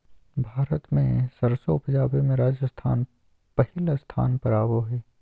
भारत मे सरसों उपजावे मे राजस्थान पहिल स्थान पर आवो हय